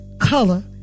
color